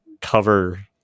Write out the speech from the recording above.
cover